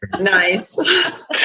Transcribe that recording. Nice